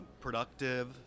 productive